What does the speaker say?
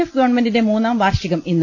F ഗവൺമെന്റിന്റെ മൂന്നാം വാർഷികം ഇന്ന്